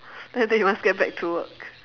tell them you must get back to work